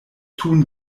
tun